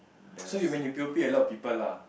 so you when you p_o_p a lot of people lah